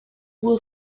will